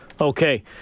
Okay